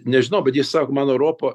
nežinau bet jis sako man europa